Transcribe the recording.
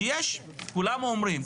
כי כולם אומרים,